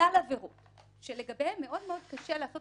שלל עבירות שלגביהן מאוד-מאוד קשה לעשות